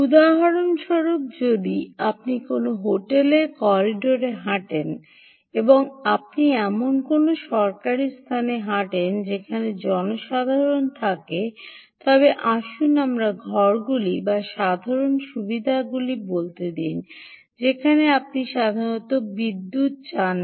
উদাহরণস্বরূপ যদি আপনি কোনও হোটেলের করিডোরে হাঁটেন বা আপনি এমন কোনও সরকারী স্থানে হাঁটেন যেখানে জনসাধারণ থাকে তবে আসুন আমাদের ঘরগুলি বা সাধারণ সুবিধাগুলি বলতে দিন যেখানে আপনি সাধারণত বিদ্যুৎ চান না